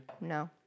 No